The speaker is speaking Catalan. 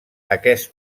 aquest